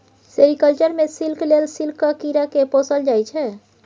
sericulture मे silk लेल सिल्कक कीरा केँ पोसल जाइ छै